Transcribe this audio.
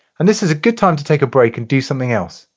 and this is a good time to take a break and do something else,